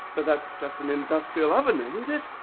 but that's just an industrial oven, isn't it,